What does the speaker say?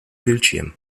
bildschirm